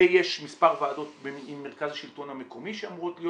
ויש מספר ועדות עם מרכז השלטון המקומי שאמורות להיות